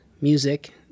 music